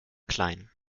klein